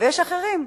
ויש אחרים.